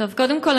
קודם כול,